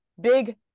big